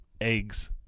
eggs